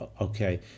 okay